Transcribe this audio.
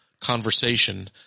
conversation